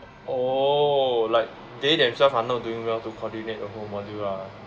oh like they themselves are not doing well to coordinate the whole module lah